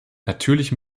natürlich